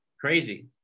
crazy